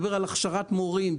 הכשרת מורים,